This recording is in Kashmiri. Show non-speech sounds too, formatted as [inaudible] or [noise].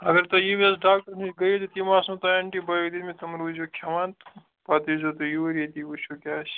اگر تُہۍ یِیِو یَس ڈاکٹَرَس نِش گٔیِو تہٕ تٔمۍ آسنو تۄہہِ اٮ۪نٹیٖبَیاٹِک [unintelligible] تِمہٕ روٗزیوٗ کھٮ۪وان تہٕ پتہٕ یٖیزیو تُہۍ یوٗرۍ ییٚتی وٕچھو کیٛاہ آسہِ